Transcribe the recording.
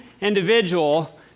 individual